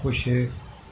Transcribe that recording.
ख़ुशि